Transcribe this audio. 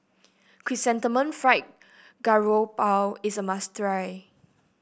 Chrysanthemum Fried Garoupa is a must try